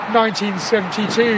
1972